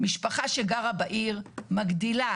משפחה שגרה בעיר מגדילה